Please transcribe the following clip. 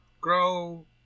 grow